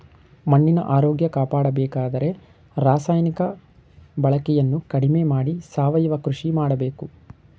ಮಣ್ಣಿನ ಆರೋಗ್ಯ ಕಾಪಾಡಬೇಕಾದರೆ ರಾಸಾಯನಿಕ ಬಳಕೆಯನ್ನು ಕಡಿಮೆ ಮಾಡಿ ಸಾವಯವ ಕೃಷಿ ಮಾಡಬೇಕು